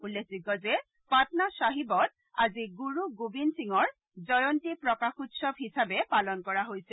উল্লেখযোগ্য যে পাটনা শ্বাহিবত আজি গুৰু গোৱিন্দ সিঙৰ জয়ন্তী প্ৰকাশোৎৱস হিচাপে পালন কৰা হৈছে